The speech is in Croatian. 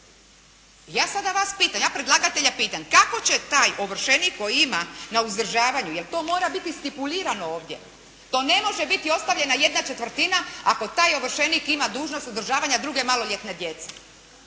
ja sada vas pitam, ja predlagatelja pitam kako će taj ovršenik koji ima na uzdržavanju jel to mora biti stipulirano ovdje. To ne može biti ostavljena ¼ ako taj ovršenik ima dužnost uzdržavanja druge maloljetne djece.